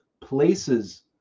places